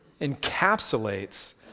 encapsulates